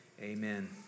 Amen